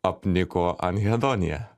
apniko anhedonija